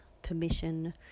permission